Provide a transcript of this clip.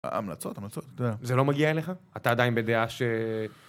המלצות המלצות זה לא מגיע אליך אתה עדיין בדיעה ש.